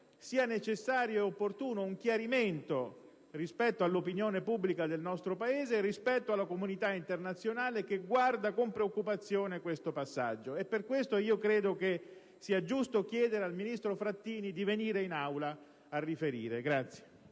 sia necessario ed opportuno un chiarimento rispetto all'opinione pubblica del nostro Paese ed alla comunità internazionale, che guarda con preoccupazione a questo passaggio. Per queste ragioni credo sia giusto chiedere al ministro Frattini di venire in Aula a riferire.